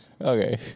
Okay